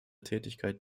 tätigkeit